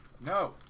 No